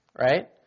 Right